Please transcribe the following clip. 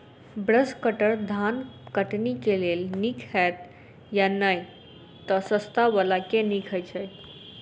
Brush cutter धान कटनी केँ लेल नीक हएत या नै तऽ सस्ता वला केँ नीक हय छै?